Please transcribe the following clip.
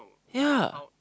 yea